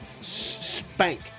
spank